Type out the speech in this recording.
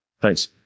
Thanks